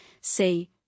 say